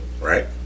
Right